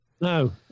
No